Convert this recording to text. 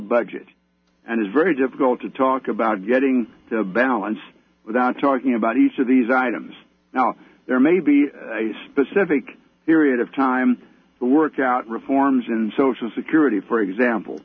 budget and it's very difficult to talk about getting the balance without talking about each of these items now there may be a specific period of time to work out reforms in social security for example